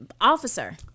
officer